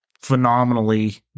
phenomenally